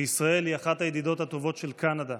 וישראל היא אחת הידידות הטובות של קנדה.